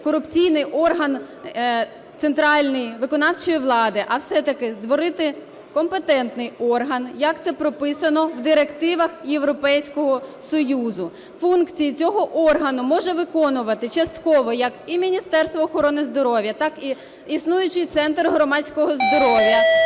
корупційний орган центральний виконавчої влади, а все-таки створити компетентний орган, як це прописано в директивах Європейського Союзу. Функції цього органу може виконувати частково як і Міністерство охорони здоров'я, так і існуючий Центр громадського здоров'я,